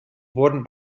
wurden